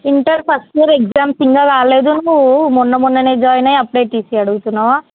inter first year exams ఇంకా కాలేదు నువ్వు మొన్న మొన్ననే జాయిన్ అయ్యి అప్పుడే టీసీ అడుగుతున్నావా